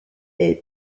est